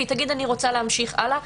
והיא תגיד: אני רוצה להמשיך הלאה.